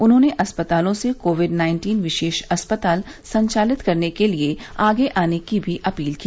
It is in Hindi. उन्होंने अस्पतालों से कोविड नाइन्टीन विशेष अस्पताल संचालित करने के लिए आगे आने की अपील भी की